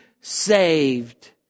saved